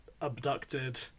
abducted